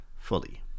fully